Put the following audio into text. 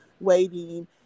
waiting